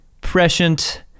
prescient